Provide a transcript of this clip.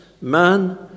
man